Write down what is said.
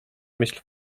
myśl